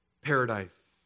Paradise